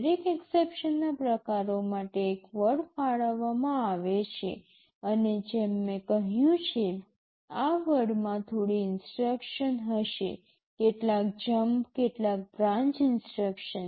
દરેક એક્સેપ્શનના પ્રકારો માટે એક વર્ડ ફાળવવામાં આવે છે અને જેમ મેં કહ્યું છે આ વર્ડમાં થોડી ઇન્સટ્રક્શન હશે કેટલાક જમ્પ કેટલાક બ્રાન્ચ ઇન્સટ્રક્શન